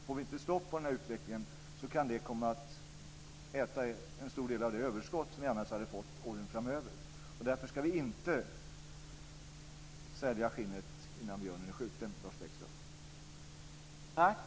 Får vi inte stopp på den här utvecklingen kan det komma att äta en stor del av det överskott som vi annars hade fått under åren framöver. Därför ska vi inte sälja skinnet innan björnen är skjuten, Lars Bäckström.